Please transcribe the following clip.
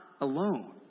alone